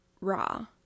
Raw